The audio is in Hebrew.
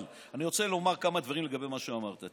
אבל אני רוצה לומר כמה דברים לגבי מה שאמרת.